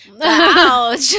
Ouch